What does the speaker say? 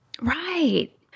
Right